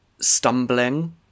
stumbling